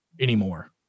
anymore